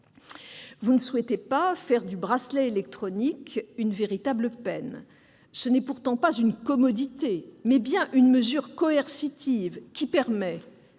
Elle ne souhaite pas faire du placement sous bracelet électronique une véritable peine. Ce n'est pourtant pas une commodité, mais bien une mesure coercitive, qui permet,